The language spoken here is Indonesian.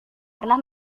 pernah